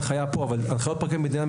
הנחיות פרקליט המדינה,